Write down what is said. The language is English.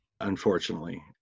unfortunately